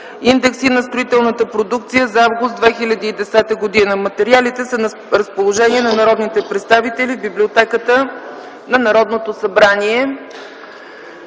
индекси на строителната продукция за м. август 2010 г. Материалите са на разположение на народните представители в Библиотеката на Народното събрание.